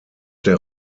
der